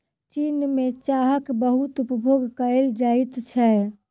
चीन में चाहक बहुत उपभोग कएल जाइत छै